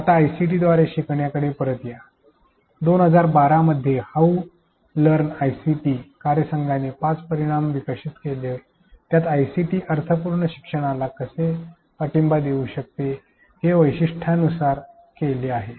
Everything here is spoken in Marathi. आता आयसीटीद्वारे शिकण्याकडे परत येत २०१२ मधील हाऊ लर्न आयसीटी कार्यसंघाने पाच परिमाण प्रस्तावित केले ज्यात आयसीटी अर्थपूर्ण शिक्षणाला कसे पाठिंबा देऊ शकते हे वैशिष्ट्यीकृत केले आहे